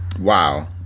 Wow